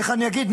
איך אגיד,